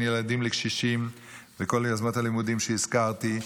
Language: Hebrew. ילדים לקשישים וכל יוזמות הלימודים שהזכרתי,